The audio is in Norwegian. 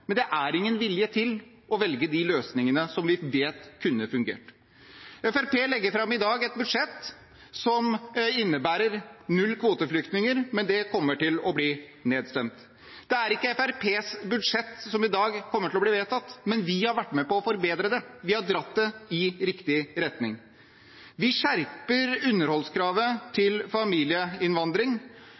Men det er ingen vilje til å velge de løsningene som vi vet kunne ha fungert. Fremskrittspartiet legger i dag fram et budsjett som innebærer null kvoteflyktninger, men det kommer til å bli nedstemt. Det er ikke Fremskrittspartiets budsjett som i dag kommer til å bli vedtatt, men vi har vært med på å forbedre det – vi har dratt det i riktig retning. Vi skjerper underholdskravet til familieinnvandring.